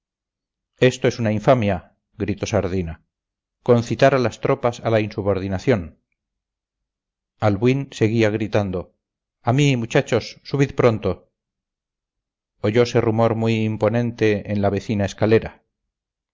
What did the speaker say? esto es una infamia gritó sardina concitar a las tropas a la insubordinación albuín seguía gritando a mí muchachos subid pronto oyose rumor muy imponente en la vecina escalera